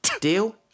Deal